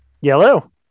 Yellow